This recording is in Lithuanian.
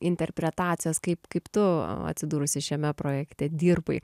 interpretacijos kaip kaip tu atsidūrusi šiame projekte dirbai